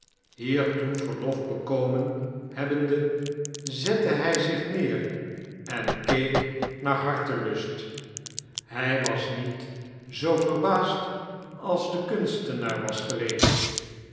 hiertoe verlof bekomen hebbende zette hij zich neer en keek naar hartelust hij was niet zoo verbaasd als de kunstenaar was geweest